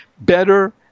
better